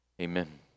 Amen